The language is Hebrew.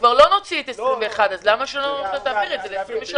כבר לא נוציא את 21 אז למה שלא נעביר את זה ל-23?